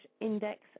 index